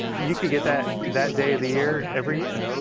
you could get that that day of the year, every year.